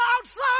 outside